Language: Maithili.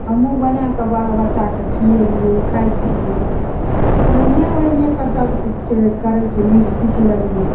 हमहुँ बनाय कऽ बाल बच्चाके खियेलियै खाइ छियै ओहिने ओहिने कऽ सबकिछुके करैके लुइर सिख लेलियै